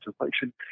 inflation